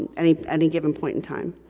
any any given point in time.